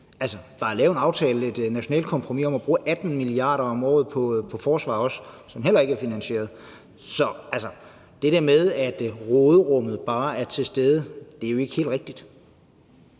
Altså, der er også lavet en aftale, et nationalt kompromis, om at bruge 18 mia. kr. om året på forsvaret, som heller ikke er finansieret. Så altså, det der med, at råderummet bare er til stede, er jo ikke helt rigtigt.